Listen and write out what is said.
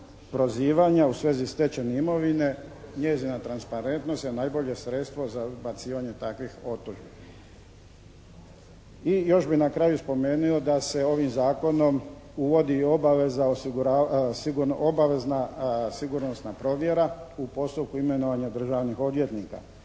prozivanja u svezi stečene imovine njezina transparentnost je najbolje sredstvo za odbacivanje takvih optužbi. I još bi na kraju spomenuo da se ovim zakonom uvodi i obaveza obavezna sigurnosna provjera u postupku imenovanja državnih odvjetnika.